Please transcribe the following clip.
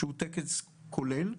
שהוא חסר כולל,